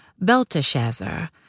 Belteshazzar